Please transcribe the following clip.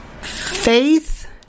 Faith